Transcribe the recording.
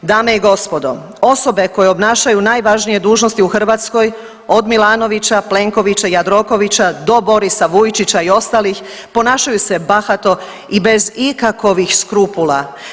Dame i gospodo, osobe koje obnašaju najvažnije dužnosti u Hrvatskoj od Milanovića, Plenkovića, Jandrokovića do Borisa Vujčića i ostalih ponašaju se bahato i bez ikakovih skrupula.